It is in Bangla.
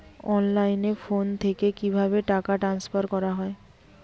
অনলাইনে ফোন থেকে কিভাবে টাকা ট্রান্সফার করা হয়?